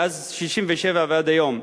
מאז 1967 ועד היום.